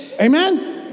Amen